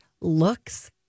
looks-